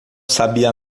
sabia